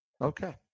Okay